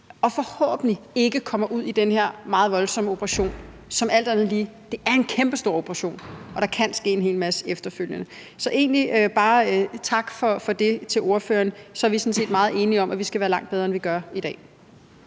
og forhåbentlig ikke kommer derud, hvor man skal have den her meget voldsomme operation, som alt andet lige er en kæmpestor portion, hvor der kan ske en hel masse efterfølgende. Jeg vil egentlig bare sige tak for det til ordføreren – så er vi sådan set meget enige om, at vi skal være langt bedre, end vi er i dag.